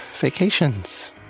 vacations